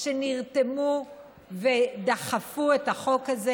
שנרתמו ודחפו את החוק הזה.